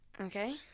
Okay